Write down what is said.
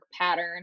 pattern